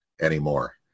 anymore